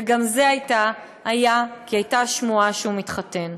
וגם זה היה כי הייתה שמועה שהוא מתחתן.